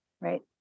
Right